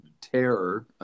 terror